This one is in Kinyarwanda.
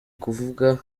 kuvuga